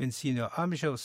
pensijinio amžiaus